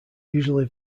usually